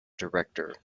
director